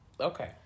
Okay